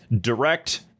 direct